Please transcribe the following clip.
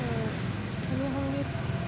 স্থানীয় সংগীতৰ বিষয়ে ক'বলৈ হ'লে